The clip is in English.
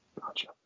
Gotcha